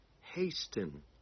hasten